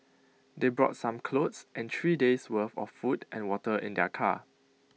they brought some clothes and three days' worth of food and water in their car